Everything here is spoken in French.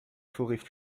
forêts